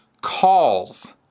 calls